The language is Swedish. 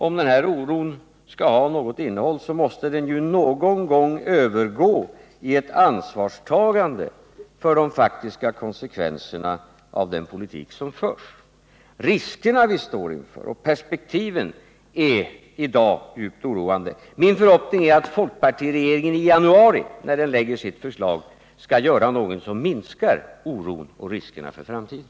Om den här oron skall ha något innehåll, måste den ju någon gång övergå i ett ansvarstagande för de faktiska konsekvenserna av den politik som förs. Riskerna vi står inför och perspektiven är i dag djupt oroande. Min förhoppning är att folkpartiregeringen i januari, när den lägger fram sitt budgetförslag, skall göra någonting som minskar oron och riskerna för framtiden.